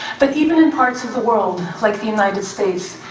but even in parts of the world like the united states,